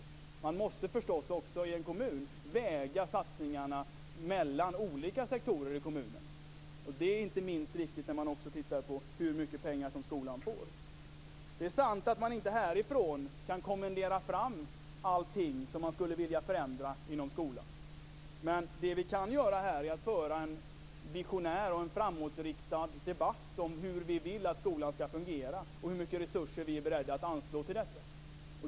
I en kommun måste man väga satsningarna mellan olika sektorer. Det är inte minst viktigt när man tittar på hur mycket pengar skolan får. Det är sant att man inte härifrån kan kommendera fram allt som man vill förändra inom skolan. Men vi kan föra en visionär och framåtriktad debatt om hur vi vill att skolan skall fungera och hur mycket resurser vi är beredda att anslå till det.